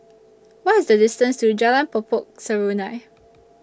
What IS The distance to Jalan Po Pokok Serunai